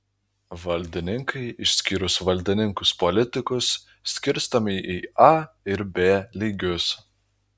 valdininkai išskyrus valdininkus politikus skirstomi į a ir b lygius